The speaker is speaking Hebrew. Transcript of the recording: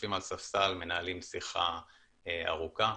יושבים על ספסל, מנהלים שיחה ארוכה.